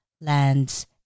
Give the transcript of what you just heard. lands